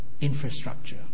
infrastructure